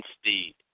Steed